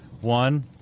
one